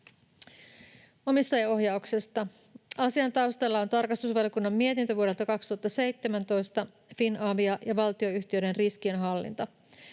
Omistajaohjauksesta: Asian taustalla on tarkastusvaliokunnan mietintö vuodelta 2017, Finavia ja valtionyhtiöiden riskinhallinta.